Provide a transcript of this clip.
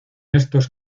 estos